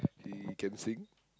he can sing